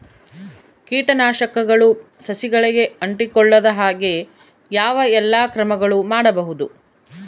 ಕೇಟನಾಶಕಗಳು ಸಸಿಗಳಿಗೆ ಅಂಟಿಕೊಳ್ಳದ ಹಾಗೆ ಯಾವ ಎಲ್ಲಾ ಕ್ರಮಗಳು ಮಾಡಬಹುದು?